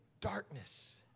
darkness